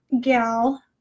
gal